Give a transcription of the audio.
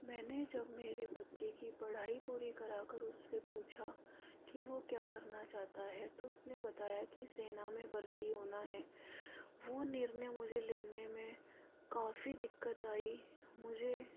मैंने जब मेरे बच्चे की पढ़ाई पूरी करा कर उससे पूछा कि वो क्या करना चाहता है तो उसने बताया कि सेना में भर्ती होना है वो निर्णय मुझे लेने में काफ़ी दिक्कत आई मुझे